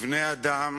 בבני-אדם